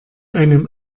einem